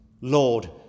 Lord